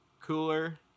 Cooler